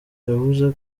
yavuze